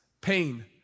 pain